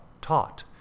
taught